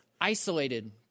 isolated